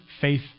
faith